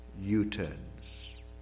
U-turns